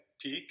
peak